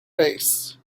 face